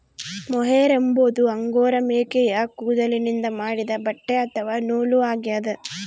mohair ಎಂಬುದು angora ಮೇಕೆಯ ಕೂದಲಿನಿಂದ ಮಾಡಿದ ಬಟ್ಟೆ ಅಥವಾ ನೂಲು ಆಗ್ಯದ